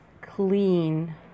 clean